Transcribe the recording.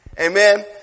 Amen